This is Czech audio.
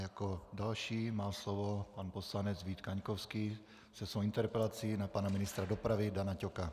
Jako další má slovo pan poslanec Vít Kaňkovský se svou interpelací na pana ministra dopravy Dana Ťoka.